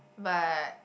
but